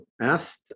asked